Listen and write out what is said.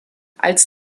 als